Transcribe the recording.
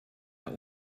der